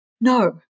no